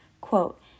Quote